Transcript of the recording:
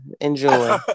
enjoy